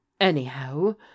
Anyhow